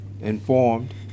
informed